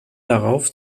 darauf